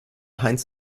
heinz